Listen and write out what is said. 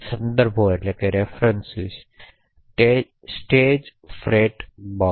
સંદર્ભો stage fright bug